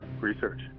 research